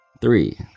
Three